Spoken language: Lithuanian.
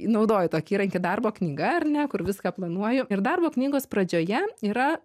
naudoju tokį įrankį darbo knyga ar ne kur viską planuoju ir darbo knygos pradžioje yra